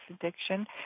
addiction